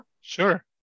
Sure